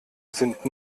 sind